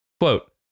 Quote